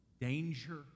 danger